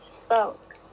spoke